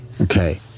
Okay